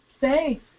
say